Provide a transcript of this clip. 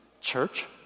church